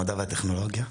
המדע והטכנולוגיה.